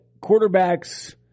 quarterbacks